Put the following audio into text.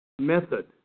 method